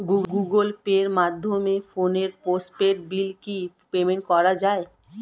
Google পের মাধ্যমে ফোনের পোষ্টপেইড বিল কি পেমেন্ট করা যায়?